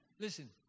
Listen